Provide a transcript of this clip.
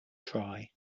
try